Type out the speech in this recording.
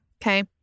Okay